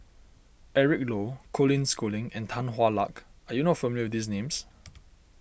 Eric Low Colin Schooling and Tan Hwa Luck are you not familiar with these names